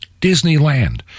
Disneyland